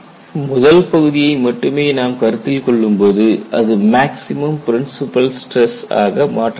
முதல் பகுதியை மட்டுமே நாம் கருத்தில் கொள்ளும்போது அது மேக்ஸிமம் பிரின்ஸிபல் ஸ்டிரஸ் ஆக மாற்றம் அடைகிறது